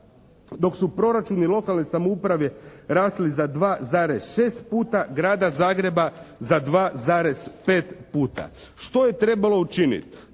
dok su proračuni lokalne samouprave rasli za 2,6 puta, Grada Zagreba za 2,5 puta. Što je trebalo učiniti?